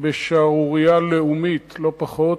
בשערורייה לאומית, לא פחות,